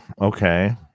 okay